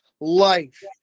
life